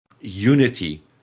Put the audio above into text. unity